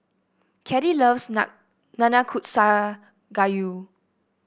Caddie loves Nanakusa Gayu